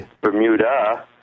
Bermuda